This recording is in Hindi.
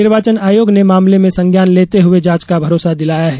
निर्वाचन आयोग ने मामले में संज्ञान लेते हुए जांच का भरोसा दिलाया है